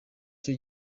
cyo